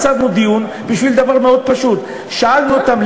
עצרנו דיון בשביל דבר מאוד פשוט: שאלנו אותם,